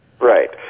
Right